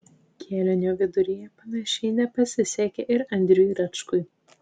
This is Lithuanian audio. kėlinio viduryje panašiai nepasisekė ir andriui račkui